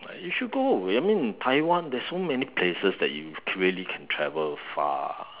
you should go I mean in Taiwan there's so many places that you would really can travel far